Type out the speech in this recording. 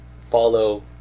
follow